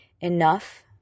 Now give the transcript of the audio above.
enough